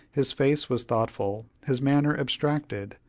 his face was thoughtful, his manner abstracted,